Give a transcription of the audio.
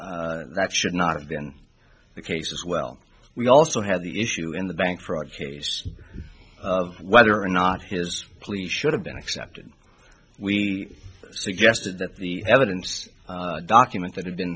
that should not have been the case as well we also had the issue in the bank fraud case of whether or not his pleas should have been accepted we suggested that the evidence document that had been